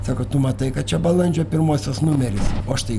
sako tu matai kad čia balandžio pirmosios numeris o aš tai